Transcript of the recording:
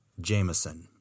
Jameson